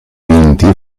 vinti